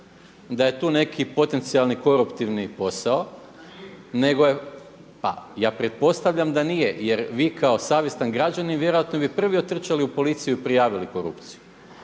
da je tu neki potencijalni koruptivni posao nego je … …/Upadica se ne čuje./… Pa ja pretpostavljam da nije, jer vi kao savjestan građanin vjerojatno bi prvi otrčali u policiju i prijavili korupciju.